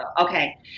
Okay